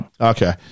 Okay